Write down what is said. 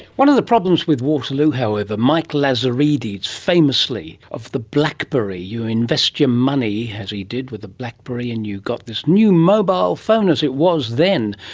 one of the problems with waterloo however, mike lazaridis famously of the blackberry, you invest your money, as he did with the blackberry, and you got this new mobile phone as it was then.